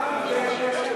למה לא, ברוח הוועדה?